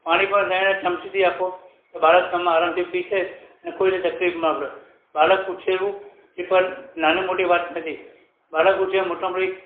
પાણી પણ તેને ચમચીથી આપો તો બાળક તમે આરામથી પીશે અને કોઈને તકલીફ ના પડે બાળક ઉછેરવું એ પણ નાની મોટી વાત નથી બાળક ઉછેરવા મોટામાં મોટી